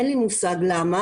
אין לי מושג למה,